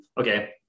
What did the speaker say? okay